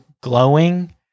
glowing